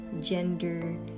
gender